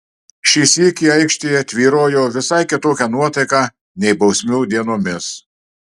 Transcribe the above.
šį sykį aikštėje tvyrojo visai kitokia nuotaika nei bausmių dienomis